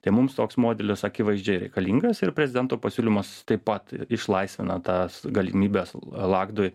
tai mums toks modelis akivaizdžiai reikalingas ir prezidento pasiūlymas taip pat išlaisvina tas galimybes lagdui